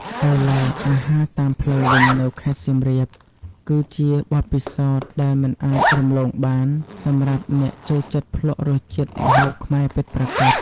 ដោយឡែកអាហារតាមផ្លូវវិញនៅខេត្តសៀមរាប គឺជាបទពិសោធន៍ដែលមិនអាចរំលងបានសម្រាប់អ្នកចូលចិត្តភ្លក្សរសជាតិម្ហូបខ្មែរពិតប្រាកដ។